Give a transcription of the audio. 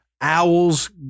owls